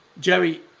Jerry